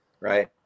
Right